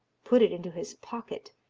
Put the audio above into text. put it into his pocket,